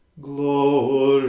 Glory